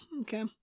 okay